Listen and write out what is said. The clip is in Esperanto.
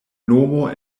nomo